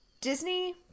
Disney